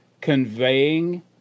conveying